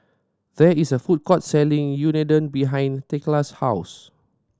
there is a food court selling Unadon behind Thekla's house